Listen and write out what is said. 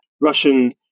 Russian